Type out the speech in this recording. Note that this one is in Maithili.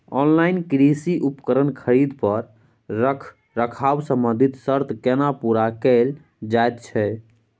ऑनलाइन कृषि उपकरण खरीद पर रखरखाव संबंधी सर्त केना पूरा कैल जायत छै?